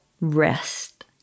rest